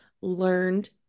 learned